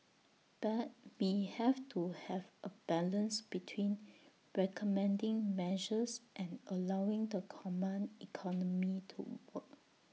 but we have to have A balance between recommending measures and allowing the command economy to work